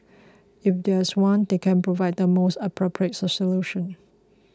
if there is one they can provide the most appropriate solution